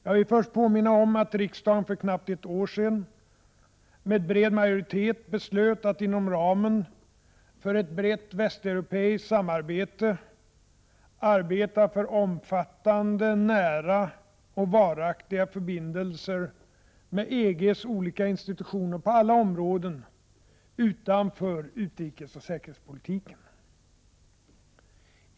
Jag vill först påminna om att riksdagen för ett knappt år sedan med bred majoritet beslöt att inom ramen för ett brett västeuropeiskt samarbete arbeta för omfattande, nära och varaktiga förbindelser med EG:s olika institutioner på alla områden utanför utrikesoch säkerhetspolitiken.